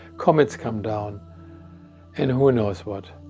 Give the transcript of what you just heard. comets come down and who knows what.